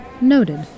Noted